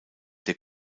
der